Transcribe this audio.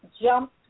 jump